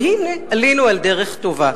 שהנה עלינו על דרך טובה.